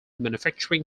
manufacturing